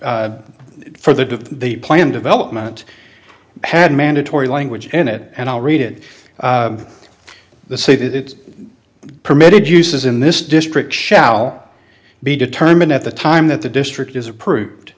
for the the plan development had mandatory language in it and i'll read it the say that it the permitted uses in this district shall be determined at the time that the district is approved